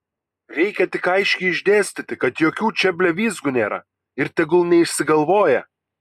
reikia tik aiškiai išdėstyti kad jokių čia blevyzgų nėra ir tegul neišsigalvoja